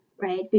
Right